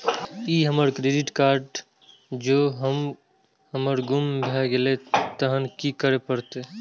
ई हमर credit card जौं हमर गुम भ गेल तहन की करे परतै?